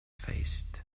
faced